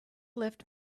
left